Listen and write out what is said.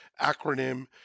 acronym